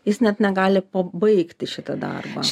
jis net negal pabaigti šitą darbą